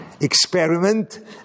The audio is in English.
experiment